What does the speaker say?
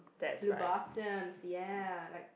blue buttons ya like